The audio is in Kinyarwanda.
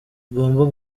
igomba